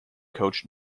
coach